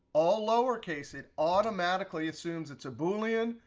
all lowercase it automatically assumes it's a boolean,